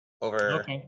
over